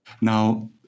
Now